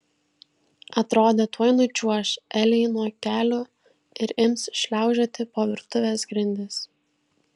atrodė tuoj nučiuoš elei nuo kelių ir ims šliaužioti po virtuvės grindis